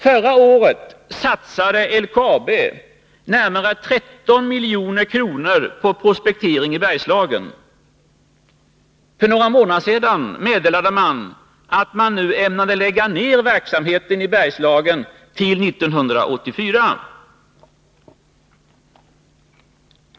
Förra året satsade LKAB närmare 13 milj.kr. på prospektering i Bergslagen. För några månader sedan meddelade man att man ämnade lägga ned verksamheten i Bergslagen till 1984.